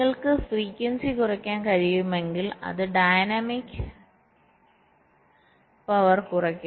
നിങ്ങൾക്ക് ഫ്രിക്വൻസി കുറയ്ക്കാൻ കഴിയുമെങ്കിൽ അത് ഡൈനാമിക് പവർ കുറയ്ക്കും